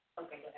Okay